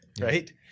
right